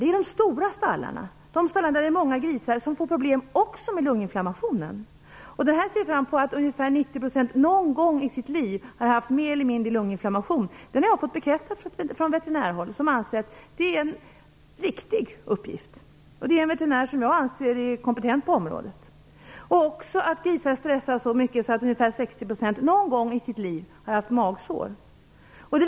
Det är i de stora stallarna, där det finns många grisar, som man får problem också med lunginflammationen. Siffran att ungefär 90 % någon gång i sitt liv mer eller mindre har haft lunginflammation har jag fått bekräftad från veterinärhåll som anser att det är en riktig uppgift. Jag har talat med en veterinär som jag anser vara kompetent på området, och därifrån har jag också uppgiften att grisar stressas så mycket att ungefär 60 % någon gång i sitt liv har haft magsår.